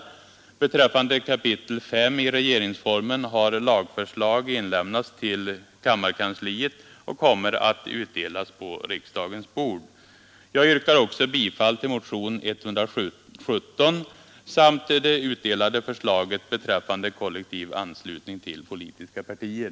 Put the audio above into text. Beträffande 5 kap. i regeringsformen har lagförslag inlämnats till kammarkansliet och kommer att utdelas på riksdagens bord. Jag yrkar också bifall till motion 117 samt till det utdelade förslaget beträffande kollektivanslutning till politiska partier.